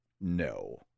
No